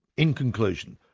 in conclusion,